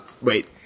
Wait